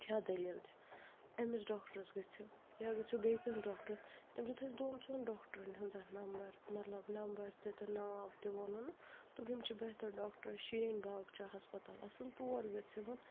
کیٛاہ دٔلیٖل چھِ أمِس ڈاکٹرس گٔژھِو یا گٔژھِو بیٚیہِ کٲنٛسہِ ڈاکٹرس تٔمۍ دیُت اَسہِ دۄن ژۄن ڈاکٹرَن ہُنٛد نَمبَر مطلب نَمبَر تہِ تہٕ ناو تہِ ووٚنُن دوٚپُن یِم چھِ بہتر ڈاکٹر شریٖن باغ چھُ ہَسپَتال اَصٕل تور گٔژھِو